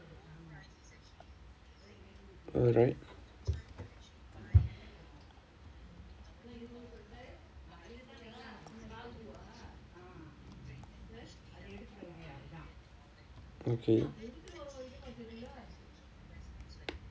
alright okay